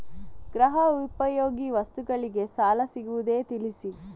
ಗೃಹ ಉಪಯೋಗಿ ವಸ್ತುಗಳಿಗೆ ಸಾಲ ಸಿಗುವುದೇ ತಿಳಿಸಿ?